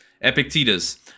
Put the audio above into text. Epictetus